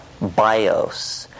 bios